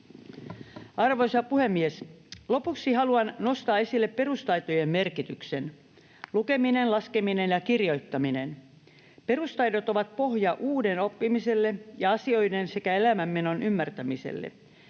Arvoisa puhemies! Lopuksi haluan nostaa esille perustaitojen merkityksen: lukeminen, laskeminen ja kirjoittaminen. Perustaidot ovat pohja uuden oppimiselle ja asioiden sekä elämänmenon ymmärtämiselle.